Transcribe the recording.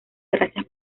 gracias